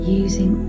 using